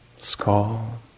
skull